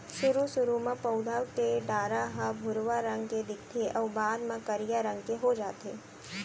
सुरू सुरू म पउधा के डारा ह भुरवा रंग के दिखथे अउ बाद म करिया रंग के हो जाथे